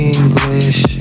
English